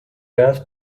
earth